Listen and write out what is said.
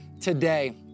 today